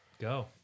Go